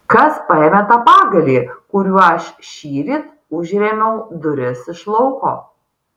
kas paėmė tą pagalį kuriuo aš šįryt užrėmiau duris iš lauko